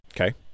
okay